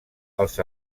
els